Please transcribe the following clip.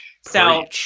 So-